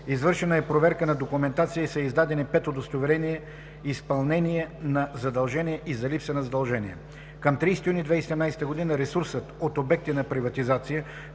извършена е проверка на документация и са издадени 5 удостоверения за изпълнение на задължения и за липса на задължения. Към 30 юни 2017 г. ресурсът от обекти на приватизация,